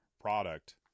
product